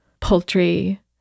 poultry